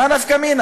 מאי נפקא מינה